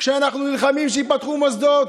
כשאנחנו נלחמים שייפתחו מוסדות,